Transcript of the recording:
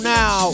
now